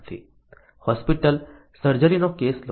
hospital સર્જરીનો case લો